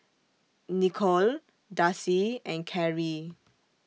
Nikole Darci and Karie